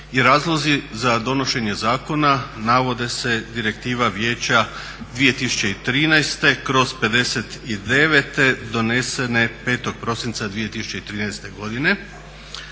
i razlozi za donošenje zakona navode se Direktiva vijeća 2013/59 donesene 5. prosinca 2013. godine.